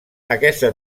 aquesta